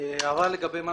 הערה לגבי מה